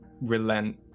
relent